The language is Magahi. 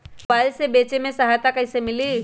मोबाईल से बेचे में सहायता कईसे मिली?